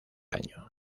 año